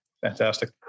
Fantastic